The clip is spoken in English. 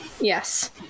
Yes